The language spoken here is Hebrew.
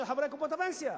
של חברי קופות הפנסיה.